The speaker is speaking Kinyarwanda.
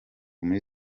muri